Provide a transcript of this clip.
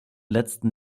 letzten